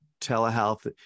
telehealth